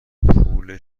پول